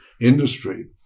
industry